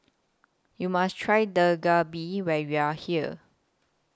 YOU must Try Dak Galbi when YOU Are here